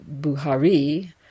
Buhari